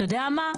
אתה יודע,